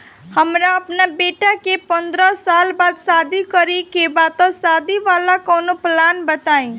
हमरा अपना बेटी के पंद्रह साल बाद शादी करे के बा त शादी वाला कऊनो प्लान बताई?